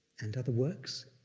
and other works,